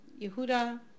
Yehuda